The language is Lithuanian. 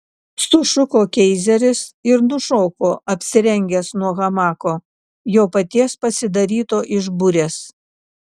sušuko keizeris ir nušoko apsirengęs nuo hamako jo paties pasidaryto iš burės